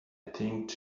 think